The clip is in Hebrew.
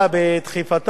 בדחיפתה,